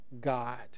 God